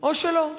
או שלא.